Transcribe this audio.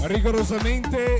Rigorosamente